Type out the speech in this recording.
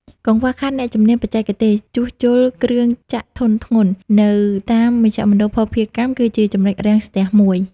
កង្វះខាតអ្នកជំនាញបច្ចេកទេស "ជួសជុលគ្រឿងចក្រធុនធ្ងន់" នៅតាមមជ្ឈមណ្ឌលភស្តុភារកម្ម គឺជាចំណុចរាំងស្ទះមួយ។